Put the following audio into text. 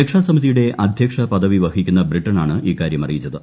രക്ഷാസമിതിയുടെ അദ്ധ്യക്ഷ പദവി പവഹിക്കുന്ന ബ്രിട്ടനാണ് ഇക്കാര്യം അറിയിച്ചത്